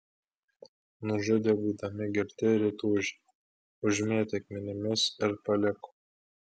nužudė būdami girti ir įtūžę užmėtė akmenimis ir paliko